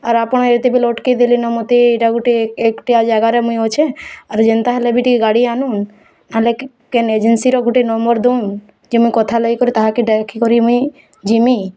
ଆର୍ ଆପଣ ଏତେବେଲୁ ଅଟକେଇ ଦେଲେନ ମତେ ଏଇଟା ଗୁଟେ ଏକୁଟିଆ ଜାଗାରେ ମୁଇଁ ଅଛି ଆର୍ ଯେନ୍ତା ହେଲେ ବି ଗାଡ଼ି ଟିକେ ଆନୁନ୍ ଆନିଲେ କି କେନ୍ ଏଜେନ୍ସିର ଗୁଟେ ନମ୍ବର୍ ଦଉନ୍ କେ ମୁଇଁ କଥା ହେଇକରି ତାହାକେ ଡ଼ାକିକରି ମୁଇଁ ଯିମି